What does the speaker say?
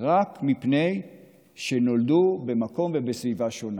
רק מפני שנולדו במקום ובסביבה שונה,